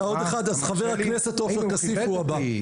אז חבר הכנסת עופר כסיף הוא הבא.